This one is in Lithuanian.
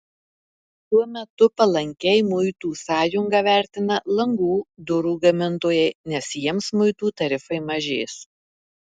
tuo metu palankiai muitų sąjungą vertina langų durų gamintojai nes jiems muitų tarifai mažės